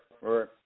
right